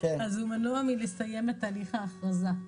הוא מנוע מלסיים את תהליך האכרזה.